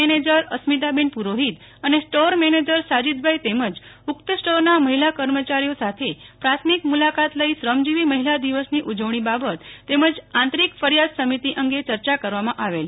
મેનેજરશ્રી અસ્મીતાબેન પુરોહિત અને સ્ટોર મેનેજરશ્રી સાજીદભાઈ તેમજ મહિલા કર્મચારીઓ સાથે પ્રાથમિક મુલકાત લઇ શ્રમજીવી મહિલા દિવસની ઉજવણી બાબત તેમજ આંતરિક ફરિયાદ સમિતિ અંગે યર્ચા કરવામાં આવેલ